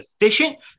efficient